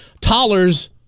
Toller's